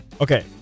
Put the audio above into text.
Okay